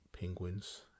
Penguins